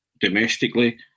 domestically